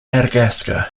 madagascar